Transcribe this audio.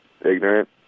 ignorant